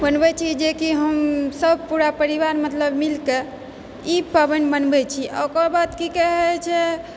बनबै छी जेकि हमसब पूरा परिवार मतलब मिलकऽ ई पाबनि मनबै छी आओर ओकर बाद की कहै छै